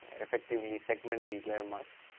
effectively segment the gliomas,